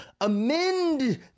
amend